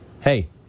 Hey